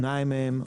שניים מהם,